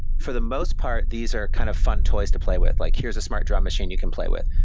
for the most part, these are kind of fun toys to play with. like, here's a smart drum machine you can play with.